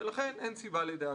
אין סיבה לדאגה".